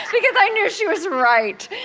because i knew she was right.